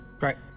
right